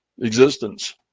existence